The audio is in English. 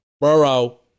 Burrow